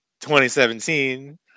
2017